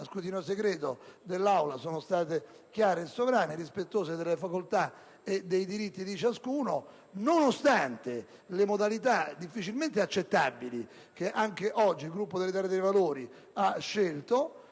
scrutinio segreto dell'Aula sono state chiare, solari e rispettose delle facoltà e dei diritti di ognuno, nonostante le modalità di protesta difficilmente accettabili che anche oggi il Gruppo dell'Italia dei Valori ha scelto